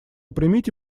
примите